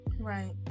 Right